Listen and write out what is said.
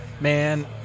Man